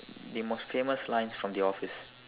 the most famous lines from the office